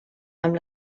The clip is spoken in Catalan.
amb